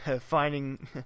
finding